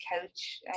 couch